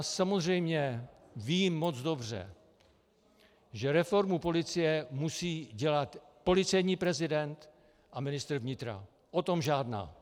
Samozřejmě vím moc dobře, že reformu policie musí dělat policejní prezident a ministr vnitra, o tom žádná.